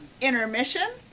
intermission